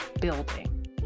building